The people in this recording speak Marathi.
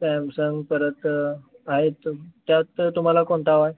सॅमसंग परत आहेत त्यात तुम्हाला कोणता हवा आहे